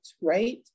right